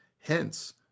Hence